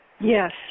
Yes